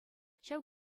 ҫав